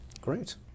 great